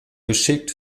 geschickt